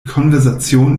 konversation